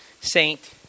saint